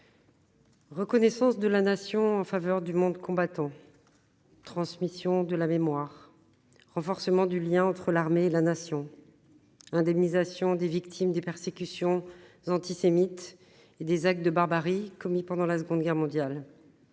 Reconnaissance de la nation en faveur du monde combattant, transmission de la mémoire, renforcement du lien entre l'armée et la nation, indemnisation des victimes des persécutions antisémites et des actes de barbarie commis pendant la Seconde Guerre mondiale,